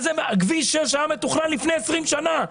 כביש 6 היה מתוכנן לפני 20 שנה,